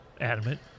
adamant